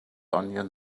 onion